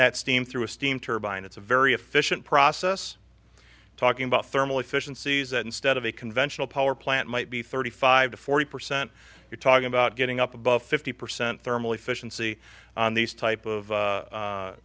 that steam through a steam turbine it's a very efficient process talking about thermal efficiencies that instead of a conventional power plant might be thirty five to forty percent you're talking about getting up above fifty percent thermal efficiency on these type of